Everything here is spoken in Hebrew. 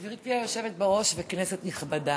גברתי היושבת בראש, כנסת נכבדה,